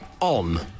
on